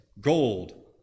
gold